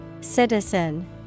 Citizen